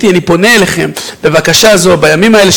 אני פונה אליכם בבקשה הזאת בימים האלה,